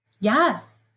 Yes